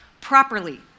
properly